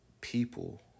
People